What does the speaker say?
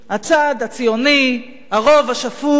הצד הציוני, הרוב השפוי.